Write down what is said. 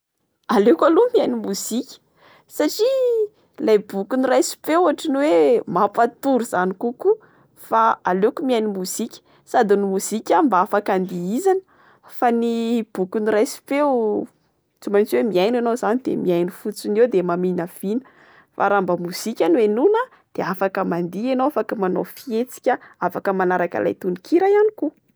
Aleoko aloha mihaino mozika satria ilay boky noraisim-peo otrany hoe mampatory izany kokoa. Fa aleoko mihaino mozika. Sady ny mozika mba afaka andihizana. Fa ny boky noraisim-peo tsy maintsy eo, mihaino enao zany de mihaino fotsiny eo, de maminavina. Fa raha mba mozika no henoina dia afaka mandihy enao, afaka manao fihetsika, afaka manaraka ilay tononkira ihany koa.